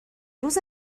روز